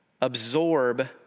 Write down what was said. absorb